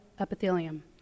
epithelium